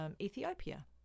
Ethiopia